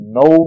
no